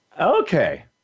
Okay